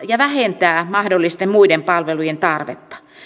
ja vähentää mahdollisten muiden palvelujen tarvetta